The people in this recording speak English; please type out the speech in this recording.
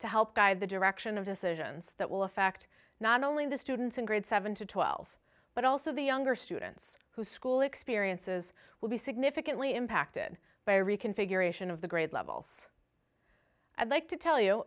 to help guide the direction of decisions that will affect not only the students in grades seven to twelve but also the younger students whose school experiences will be significantly impacted by reconfiguration of the grade levels i'd like to tell you